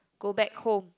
go back home